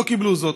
לא קיבלו זאת.